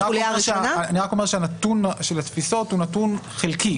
אני רק אומר שהנתון של התפיסות הוא נתון חלקי,